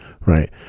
right